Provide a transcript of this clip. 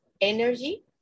energy